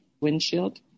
windshield